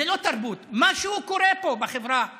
זה לא תרבות, משהו קורה פה, בחברה הערבית.